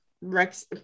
Rex